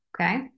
Okay